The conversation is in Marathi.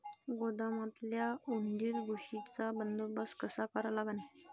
गोदामातल्या उंदीर, घुशीचा बंदोबस्त कसा करा लागन?